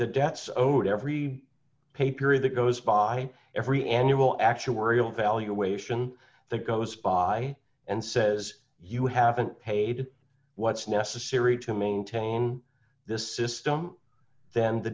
the debts owed every pay period that goes by every annual actuarial valuation that goes by and says you haven't paid what's necessary to maintain this system then the